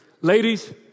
ladies